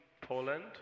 Poland